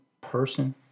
person